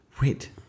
Wait